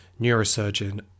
neurosurgeon